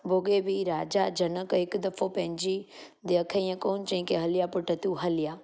बि राजा जनक हिक दफ़ो पंहिंजी धीअ खे ईअं कोन्ह चयईं के हली आ पुटु तूं हली आ